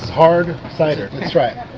hard cider. that's right.